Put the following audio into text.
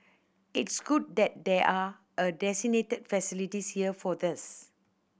it's good that there are a designated facilities here for this